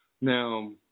Now